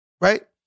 Right